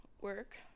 work